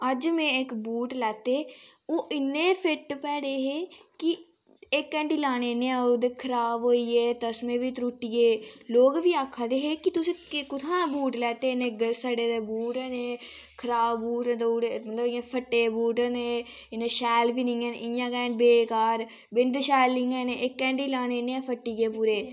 अज्ज में इक बूट लैते ओह् इन्ने फिट्ट भैड़े हे कि इक अंडी लाने ने ओह् खराब होई गे तसमें बी त्रुट्टी गे लोक बी आखा दे हे कि तुसें कुत्थुआं बूट लैते सड़े दे बूट न एह् खराब बूट देउड़े मतलब इ'यां फट्टे दे बूट न एह् इ'यां शैल बी नी हैन इ'यां गै न बेकार बिंद शैल नी हैन इक अंडी लाने ने गै फट्टी गे पूरे